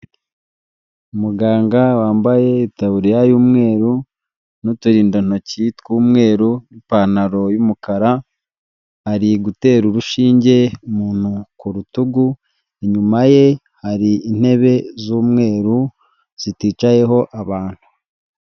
Umuganga wambaye itaburiya y'umweru n'uturindantoki tw'umweru n'ipantaro y'umukara ari gutera urushinge muntu ku rutugu, inyuma ye hari intebe z'umweru ziticayeho abantu.